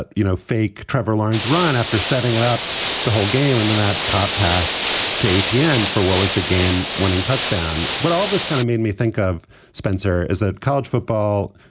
but you know, fake trever lines run after setting it up the whole game. and then that pop pass ttn for what was the game winning touchdown when all this kind of made me think of spencer as a college football,